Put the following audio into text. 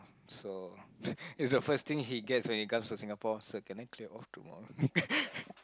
so it the first thing he gets when he come to Singapore so can I clear off tomorrow